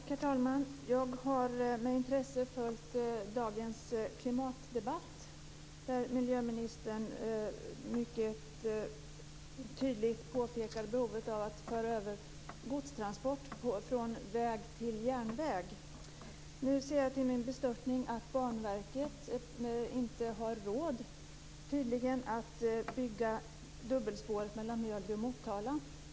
Herr talman! Jag har med intresse följt dagens klimatdebatt, där miljöministern mycket tydligt påpekade behovet av att föra över godstransport från väg till järnväg. Nu ser jag till min bestörtning att Banverket tydligen inte har råd att bygga dubbelspåret mellan Mjölby och Motala.